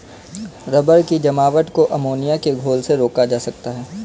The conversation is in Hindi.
रबर की जमावट को अमोनिया के घोल से रोका जा सकता है